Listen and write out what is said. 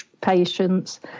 patients